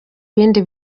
bindi